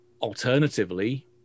Alternatively